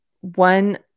one